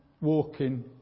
walking